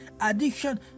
Addiction